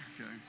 Okay